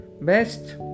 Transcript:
best